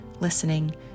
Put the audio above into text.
listening